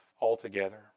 altogether